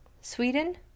Sweden